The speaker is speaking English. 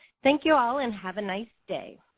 thank you all and have a nice day.